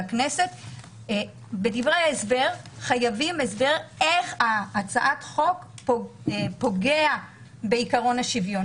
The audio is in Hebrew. בדברי ההסבר יובא הסבר איך החוק פוגע בעקרון השוויון,